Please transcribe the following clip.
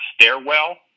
stairwell